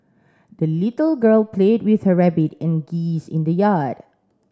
the little girl played with her rabbit and geese in the yard